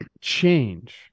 change